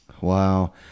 Wow